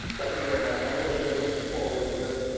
thank you very much. i've really been looking forward to this.